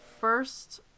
first